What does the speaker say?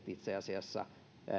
itse asiassa